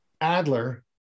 Adler